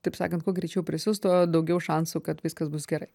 taip sakant kuo greičiau prisiūs tuo daugiau šansų kad viskas bus gerai